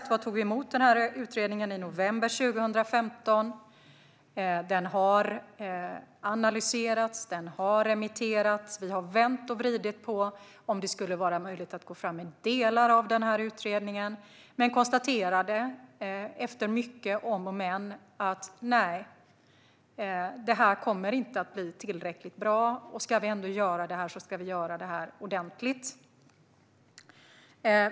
Vi tog emot denna utredning i november 2015. Den har analyserats och remitterats. Vi har vänt och vridit på detta för att se om det skulle vara möjligt att gå fram med delar av denna utredning. Men vi konstaterade efter mycket om och men att detta inte skulle bli tillräckligt bra och att om vi ändå ska göra detta ska vi göra det ordentligt.